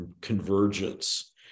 convergence